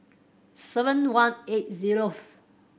seven one eight zeroth